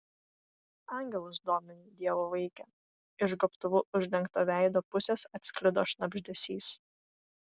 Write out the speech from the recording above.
angelus domini dievo vaike iš gobtuvu uždengto veido pusės atsklido šnabždesys